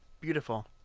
beautiful